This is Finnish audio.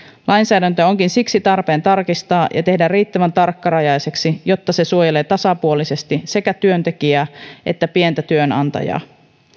lainsäädäntö onkin siksi tarpeen tarkistaa ja tehdä riittävän tarkkarajaiseksi jotta se suojelee tasapuolisesti sekä työntekijää että pientä työnantajaa